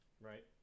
Right